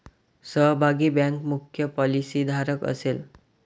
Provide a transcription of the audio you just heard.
सहभागी बँक मुख्य पॉलिसीधारक असेल